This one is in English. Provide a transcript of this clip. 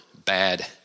bad